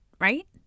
right